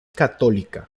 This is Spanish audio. católica